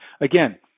again